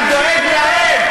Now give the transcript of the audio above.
אני דואג להם.